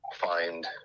find